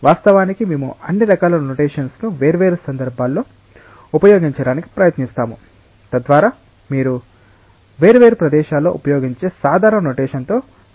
వాస్తవానికి మేము అన్ని రకాల నొటేషన్స్ ను వేర్వేరు సందర్భాల్లో ఉపయోగించటానికి ప్రయత్నిస్తాము తద్వారా మీరు వేర్వేరు ప్రదేశాల్లో ఉపయోగించే సాధారణ నొటేషన్ తో సుఖంగా ఉంటారు